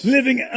Living